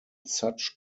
such